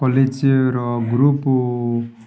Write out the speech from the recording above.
କଲେଜର ଗ୍ରୁପ୍